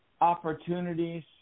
opportunities